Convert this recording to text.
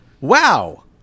Wow